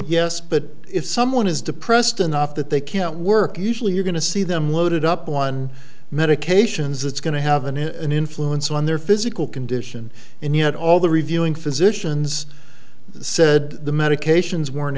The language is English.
yes but if someone is depressed enough that they can't work usually you're going to see them loaded up on medications it's going to have an influence on their physical condition and yet all the reviewing physicians said the medications were